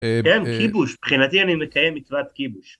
‫כן, כיבוש. ‫מבחינתי אני מקיים מצוות כיבוש.